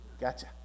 gotcha